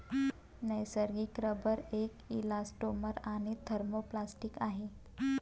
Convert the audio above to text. नैसर्गिक रबर एक इलॅस्टोमर आणि थर्मोप्लास्टिक आहे